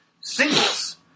singles